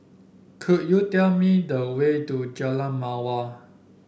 could you tell me the way to Jalan Mawar